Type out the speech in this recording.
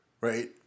right